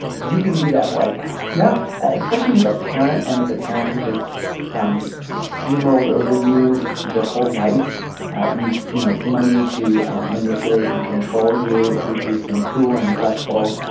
you can do that right now. yeah especially with a parent and with a parent who has um steamrolled over you your whole life used you know money to manipulate and control you who's been cruel and neglectful.